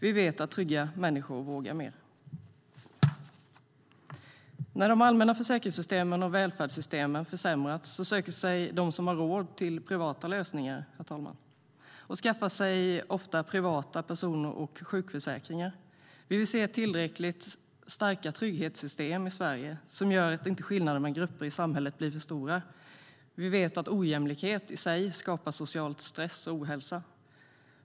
Vi vet att trygga människor vågar mer. Vi vill se tillräckligt starka trygghetssystem som gör att skillnaderna mellan grupper i samhället inte blir för stora. Vi vet att ojämlikhet i sig skapar social stress och ohälsa.